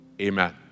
Amen